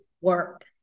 work